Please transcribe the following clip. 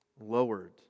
lowered